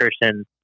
person